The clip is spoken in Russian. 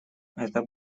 это